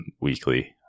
weekly